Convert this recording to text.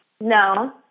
no